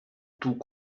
tout